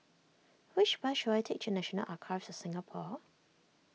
which bus should I take to National Archives of Singapore